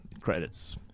credits